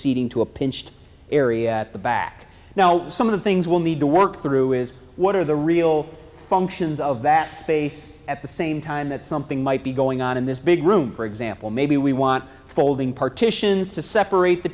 seating to a pinched area at the back now some of the things we'll need to work through is what are the real functions of that space at the same time that something might be going on in this big room for example maybe we want folding partitions to separate the